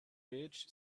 rich